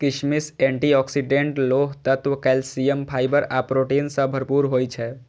किशमिश antioxidant, लोह तत्व, कैल्सियम, फाइबर आ प्रोटीन सं भरपूर होइ छै